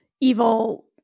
evil